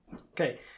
okay